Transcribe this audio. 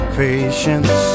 patience